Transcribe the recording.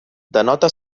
denota